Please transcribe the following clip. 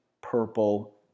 purple